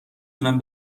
تونم